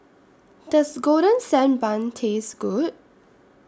Does Golden Sand Bun Taste Good